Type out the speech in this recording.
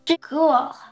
Cool